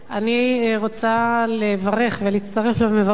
אני רוצה לברך ולהצטרף למברכים